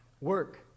work